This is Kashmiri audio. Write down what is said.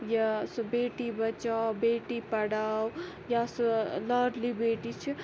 یہِ سُہ بیٹی بَچاو بیٹی پَڈھاو یا سُہ لاڈلی بیٹی چھُ